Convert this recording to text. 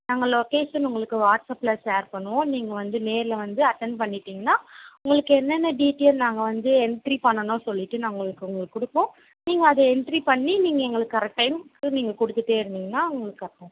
நாங்கள் லொக்கேஷன் உங்களுக்கு வாட்ஸ்அப்பில் ஷேர் பண்ணுவோம் நீங்கள் வந்து நேரில் வந்து அட்டன் பண்ணிவிட்டிங்கன்னா உங்களுக்கு என்னென்ன டீடெயில் நாங்கள் வந்து என்ட்ரி பண்ணணும்னு சொல்லிவிட்டு நாங்கள் உங்களுக்கு கொடுப்போம் நீங்கள் அதை என்ட்ரி பண்ணி நீங்கள் எங்களுக்கு கரெக்ட் டைமுக்கு நீங்கள் கொடுத்துட்டே இருந்திங்கன்னால் உங்களுக்கு கரெக்டாக இருக்கும்